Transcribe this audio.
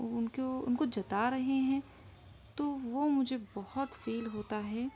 ان کو ان کو جتا رہے ہیں تو وہ مجھے بہت فیل ہوتا ہے